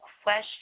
question